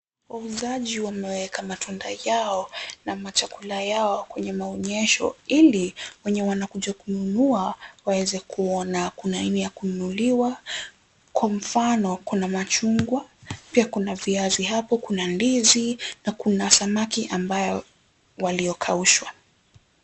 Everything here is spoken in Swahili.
Wauzaji wameweka matunda yao na machakula yao kwenye maonyesho ili wenye wanakuja kununua waweze kuona kuna nini ya kununuliwa. Kwa mfano kuna machungwa pia kuna viazi hapo kuna ndizi na kuna samaki ambao waliokaushwa.